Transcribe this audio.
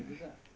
mm